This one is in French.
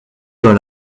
dans